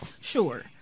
sure